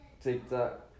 TikTok